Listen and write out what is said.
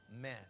men